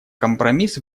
компромисс